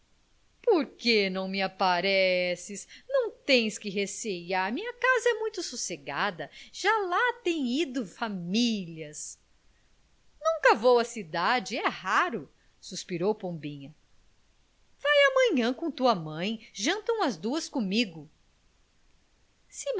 que não me apareces não tens que recear minha casa é muito sossegada já lá têm ido famílias nunca vou à cidade é raro suspirou pombinha vai amanhã com tua mãe jantam as duas comigo